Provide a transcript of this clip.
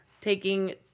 taking